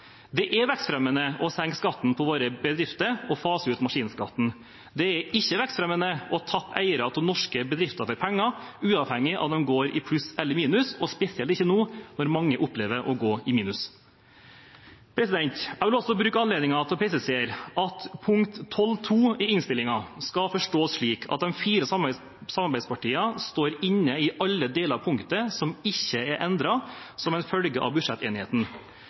vekstfremmende å senke skatten på våre bedrifter og fase ut maskinskatten. Det er ikke vekstfremmende å tappe eiere av norske bedrifter for penger, uavhengig av om de går i pluss eller minus, og spesielt ikke nå når mange opplever å gå i minus. Jeg vil også bruke anledningen til å presisere at punkt 12.2. i innstillingen skal forstås slik at de fire samarbeidspartiene står inne i alle deler av punktet som ikke er endret som en følge av budsjettenigheten.